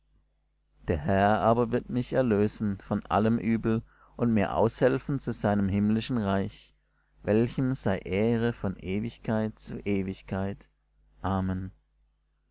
der herr aber wird mich erlösen von allem übel und mir aushelfen zu seinem himmlischen reich welchem sei ehre von ewigkeit zu ewigkeit amen